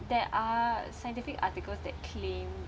there are scientific articles that claim